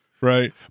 Right